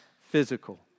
physical